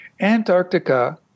Antarctica